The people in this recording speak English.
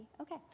okay